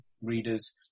readers